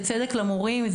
זה צדק למורים,